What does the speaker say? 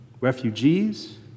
refugees